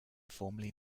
formally